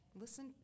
Listen